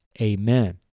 Amen